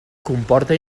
comporta